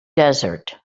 desert